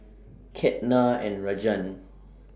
Ketna and Rajan